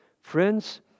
Friends